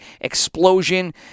explosion